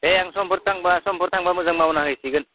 दे आं समफोर थांब्ला समफोर थांब्ला मोजां मावना हैसिगोन